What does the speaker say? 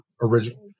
originally